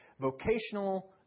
vocational